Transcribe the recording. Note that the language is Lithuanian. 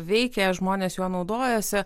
veikia žmonės juo naudojasi